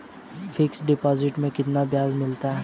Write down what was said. Fix deposit में कितना ब्याज मिलता है?